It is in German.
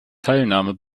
teilnahme